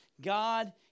God